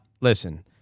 Listen